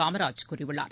காமராஜ் கூறியுள்ளார்